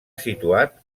situat